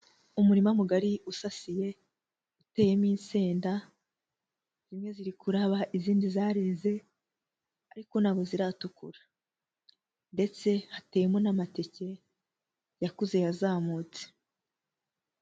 Umurima mugari usasiye, uteyemo insenda, zimwe ziri kuraba izindi zareze ariko ntabwo ziratukura. Ndetse hateyemo n'amateke yakuze yazamutse.